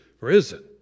risen